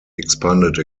expanded